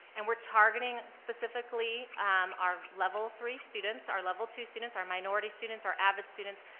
and we're targeting specifically um our level three students, our level two students, our minority students, our avid students,